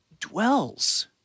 dwells